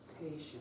Patient